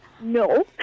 no